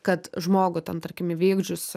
kad žmogui ten tarkim įvykdžius